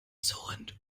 surrend